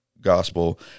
gospel